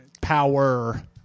power